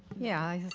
yeah,